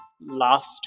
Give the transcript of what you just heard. last